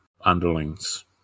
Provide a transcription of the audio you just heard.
underlings